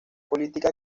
política